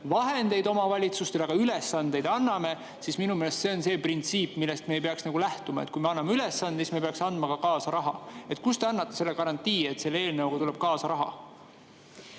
vahendeid, aga ülesandeid anname, siis minu meelest see ei ole printsiip, millest me peaks lähtuma. Kui me anname ülesande, siis me peaksime ka raha kaasa andma. Kus te annate selle garantii, et selle eelnõuga tuleb kaasa raha?